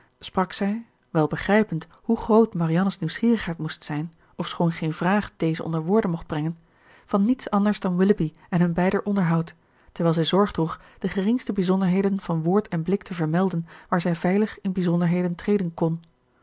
sprak zij wel begrijpend hoe groot marianne's nieuwsgierigheid moest zijn ofschoon geen vraag deze onder woorden mocht brengen van niets anders dan willoughby en hun beider onderhoud terwijl zij zorg droeg de geringste bijzonderheden van woord en blik te vermelden waar zij veilig in bijzonderheden treden kn